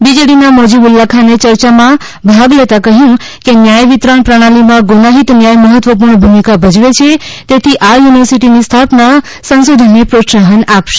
બીજેડીના મોઝીબુલ્લા ખાને ચર્ચામાં ભાગ લેતાં કહ્યું કે ન્યાય વિતરણ પ્રણાલીમાં ગુનાહિત ન્યાય મહત્વપૂર્ણ ભૂમિકા ભજવે છે તેથી આ યુનિવર્સિટીની સ્થાપના સંશોધનને પ્રોત્સાહન આપશે